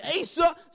Asa